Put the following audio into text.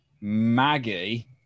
Maggie